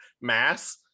mass